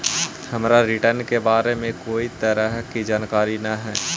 हमरा रिटर्न के बारे में कोई तरह के जानकारी न हे